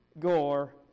gore